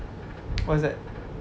what's that